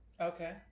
okay